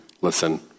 listen